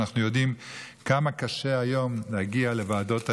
אנחנו יודעים כמה קשה היום להגיע לוועדות האלה,